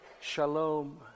shalom